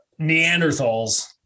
Neanderthals